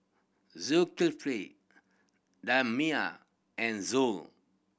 Zulkifli Damia and Zul